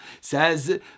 Says